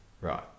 Right